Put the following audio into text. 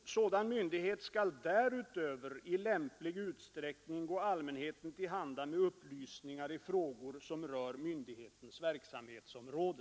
Sådan myndighet skall därutöver i lämplig utsträckning gå allmänheten till handa med upplysningar i frågor som rör myndighetens verksamhetsområde.